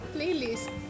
Playlist